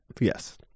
Yes